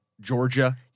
Georgia